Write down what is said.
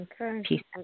Okay